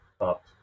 up